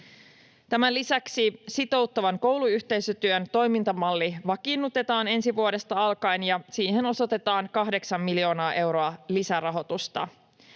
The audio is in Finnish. Tämän lisäksi sitouttavan kouluyhteisötyön toimintamalli vakiinnutetaan ensi vuodesta alkaen ja siihen osoitetaan 8 miljoonaa euroa lisärahoitusta.